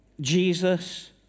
Jesus